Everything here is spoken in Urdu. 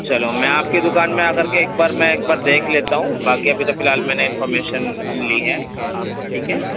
چلو میں آپ کے دکان میں آ کر کے ایک بار میں ایک بار دیکھ لیتا ہوں باقی ابھی تو فی الحال میں نے انفامیشن لی ہے ٹھیک ہے